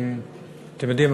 אתם יודעים,